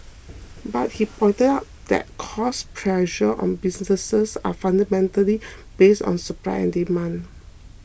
but he pointed out that cost pressures on businesses are fundamentally based on supply and demand